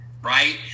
Right